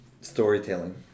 Storytelling